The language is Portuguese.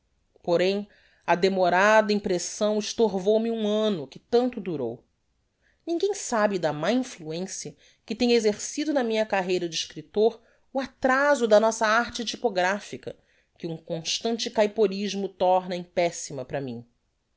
porem a demorada impressão estorvou me um anno que tanto durou ninguem sabe da má influencia que tem exercido na minha carreira de escriptor o atraso da nossa arte typographica que um constante caiporismo torna em pessima para mim